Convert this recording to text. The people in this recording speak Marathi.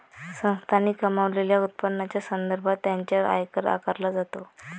संस्थांनी कमावलेल्या उत्पन्नाच्या संदर्भात त्यांच्यावर आयकर आकारला जातो